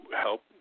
help